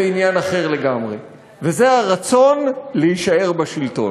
זה עניין אחר לגמרי, וזה הרצון להישאר בשלטון.